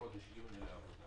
בחודש יוני לעבודה